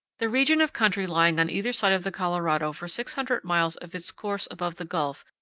the region of country lying on either side of the colorado for six hundred miles of its course above the gulf,